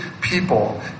people